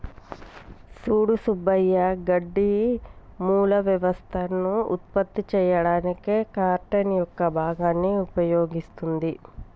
సూడు సుబ్బయ్య గడ్డి మూల వ్యవస్థలను ఉత్పత్తి చేయడానికి కార్టన్ యొక్క భాగాన్ని ఉపయోగిస్తుంది